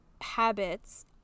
Habits